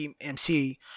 MC